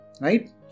Right